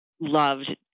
loved